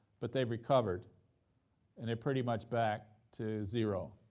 but they've recovered and they're pretty much back to zero,